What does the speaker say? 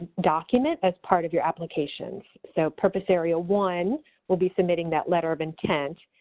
document as part of your applications. so purpose area one will be submitting that letter of intent.